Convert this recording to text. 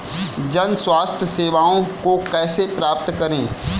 जन स्वास्थ्य सेवाओं को कैसे प्राप्त करें?